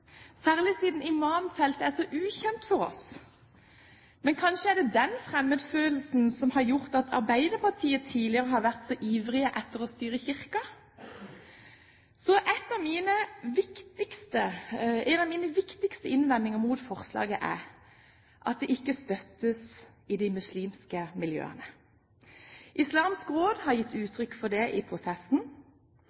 særlig siden imamfeltet er så ukjent for oss. Men kanskje er det den fremmedfølelsen som har gjort at Arbeiderpartiet tidligere har vært så ivrig etter å styre Kirken? En av mine viktigste innvendinger mot forslaget er at det ikke støttes i de muslimske miljøene. Islamsk Råd har gitt